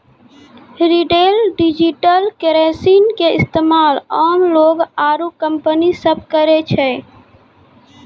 retail digital currency के इस्तेमाल आम लोग आरू कंपनी सब करै छै